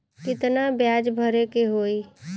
कितना ब्याज भरे के होई?